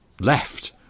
left